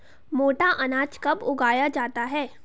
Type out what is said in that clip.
मोटा अनाज कब उगाया जाता है?